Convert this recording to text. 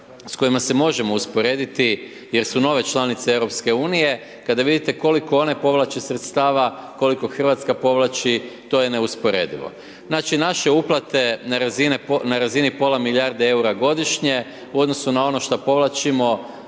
s kojima se možemo usporediti jer su nove članice EU, kada vidite koliko one povlače sredstava, koliko Hrvatska povlači, to je neusporedivo. Znači, naše uplate na razini pola milijarde eura godišnje, u odnosu na ono što povlačimo,